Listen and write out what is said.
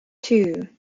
two